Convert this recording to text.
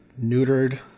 neutered